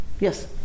Yes